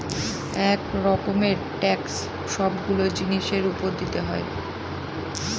এক রকমের ট্যাক্স সবগুলো জিনিসের উপর দিতে হয়